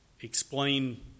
explain